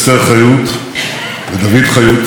ראשת האופוזיציה ציפי לבני,